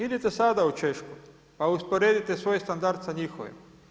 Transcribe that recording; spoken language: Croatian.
Idite sada u Češku, pa usporedite svoj standard sa njihovim.